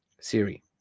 Siri